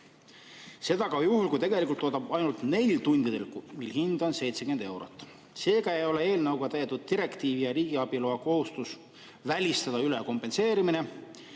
Seda ka juhul, kui ta tegelikult toodab ainult neil tundidel, mil hind on 70 eurot. Seega ei ole eelnõuga täidetud direktiivi ja riigiabi loa kohustus välistada ülekompenseerimine.